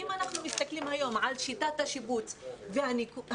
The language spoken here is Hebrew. אם אנחנו מסתכלים היום על שיטת השיבוץ והניקוד,